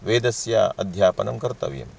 वेदस्य अध्यापनं कर्तव्यम्